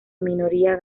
minoría